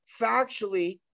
factually